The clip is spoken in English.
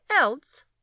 else